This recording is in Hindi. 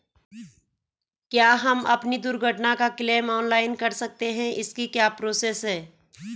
क्या हम अपनी दुर्घटना का क्लेम ऑनलाइन कर सकते हैं इसकी क्या प्रोसेस है?